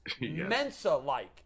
Mensa-like